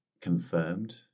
confirmed